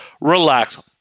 relax